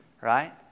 right